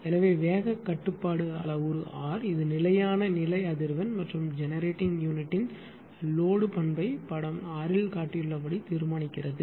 எனவே வேக கட்டுப்பாடு அளவுரு ஆர் இது நிலையான நிலை அதிர்வெண் மற்றும் ஜெனரேட்டிங் யூனிட்டின் லோடு பண்பை படம் 6 இல் காட்டப்பட்டுள்ளபடி தீர்மானிக்கிறது